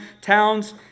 towns